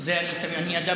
אני אדם